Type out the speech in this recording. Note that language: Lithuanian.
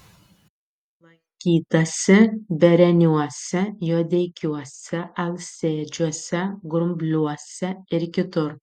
lankytasi bereniuose juodeikiuose alsėdžiuose grumbliuose ir kitur